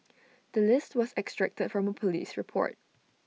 the list was extracted from A Police report